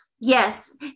Yes